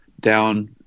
down